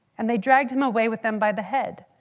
and they dragged him away with them by the head.